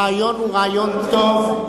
הרעיון הוא רעיון טוב,